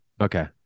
Okay